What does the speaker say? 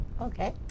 Okay